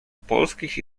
polskich